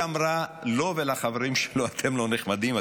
היא אמרה לו ולחברים שלו: אתם לא נחמדים.